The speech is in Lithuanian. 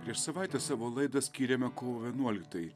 prieš savaitę savo laidą skyrėme kovo vienuoliktajai